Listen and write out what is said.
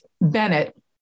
Bennett